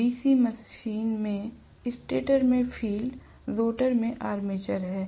DC machine में stator में field rotor में आर्मेचर है